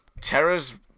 Terra's